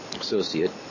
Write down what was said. associate